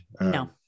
No